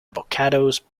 avocados